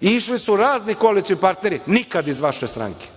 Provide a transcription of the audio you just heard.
i išli su razni koalicioni partneri nikad iz vaše stranke,